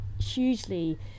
hugely